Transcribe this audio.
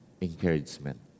encouragement